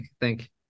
Thank